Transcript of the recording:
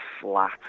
flat